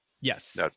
yes